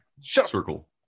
Circle